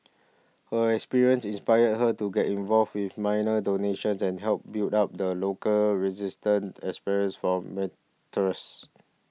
her experience inspired her to get involved with minor donations and help build up the local register experience for